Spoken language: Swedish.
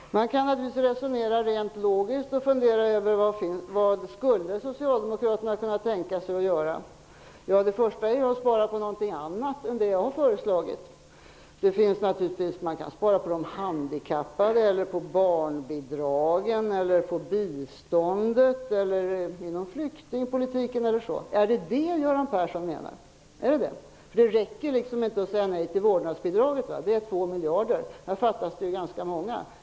Man kan naturligtvis resonera rent logiskt och fundera över vad socialdemokraterna skulle kunna tänka sig att göra. Det första är att spara på någonting annat än det jag har föreslagit. Man kan spara på de handikappade, barnbidragen, biståndet, inom flyktingpolitiken osv. Är det detta Göran Persson menar? Då räcker det inte att säga nej till vårnadsbidraget. Där handlar det om 2 miljarder. Här fattas det ganska många miljarder.